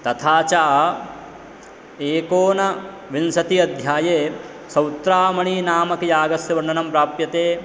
तथा च एकोनविंशति अध्याये सौत्रामणि नामक यागस्य वर्णनं प्राप्यते